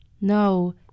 no